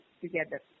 together